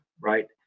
right